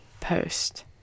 post